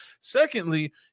Secondly